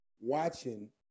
watching